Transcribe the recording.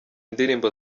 indirimbo